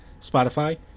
Spotify